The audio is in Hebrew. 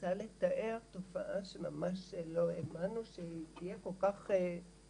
רוצה לתאר תופעה שאנחנו ממש לא האמנו שהיא תהיה כל כך ברורה,